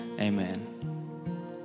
Amen